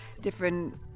different